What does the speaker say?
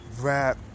rap